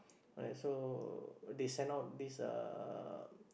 right so they send out this uh